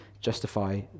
justify